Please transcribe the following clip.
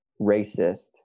racist